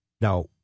Now